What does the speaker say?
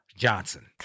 Johnson